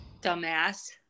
dumbass